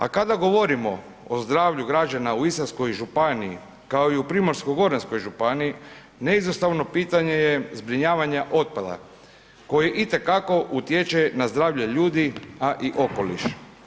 A kada govorimo o zdravlju građana u Istarskoj županiji, kao i u Primorsko-goranskoj županiji neizostavno pitanje je zbrinjavanja otpada koji itekako utječe na zdravlje ljudi a i okoliš.